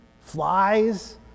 flies